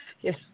yes